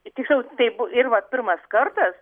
iki šiol taip ir vat pirmas kartas